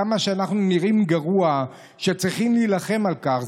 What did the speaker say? כמה אנחנו נראים גרוע שאנחנו צריכים להילחם על כך.